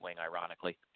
ironically